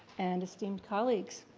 and esteemed colleagues.